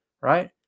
right